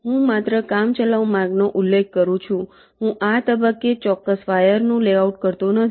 હું માત્ર કામચલાઉ માર્ગનો ઉલ્લેખ કરું છું હું આ તબક્કે ચોક્કસ વાયરનું લેઆઉટ કરતો નથી